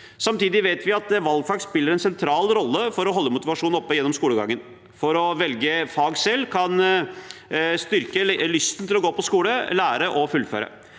Samtidig vet vi at valgfag spiller en sentral rolle for å holde motivasjonen oppe gjennom skolegangen, for å velge fag selv kan styrke lysten til å gå på skolen, til å lære